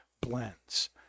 blends